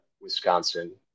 Wisconsin